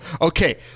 Okay